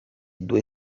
due